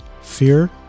fear